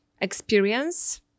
experience